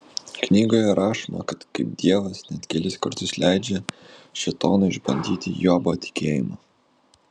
knygoje rašoma kaip dievas net kelis kartus leidžia šėtonui išbandyti jobo tikėjimą